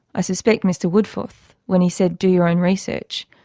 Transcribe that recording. i suspect mr woodforth, when he said do your own research,